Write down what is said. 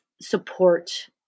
support